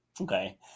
okay